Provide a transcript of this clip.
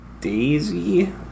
Daisy